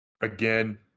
Again